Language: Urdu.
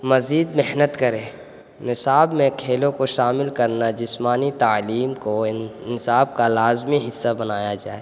مزید محنت کریں نصاب میں کھیلوں کو شامل کرنا جسمانی تعلیم کو ان نصاب کا لازمی حصہ بنایا جائے